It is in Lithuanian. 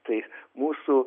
tai mūsų